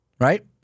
right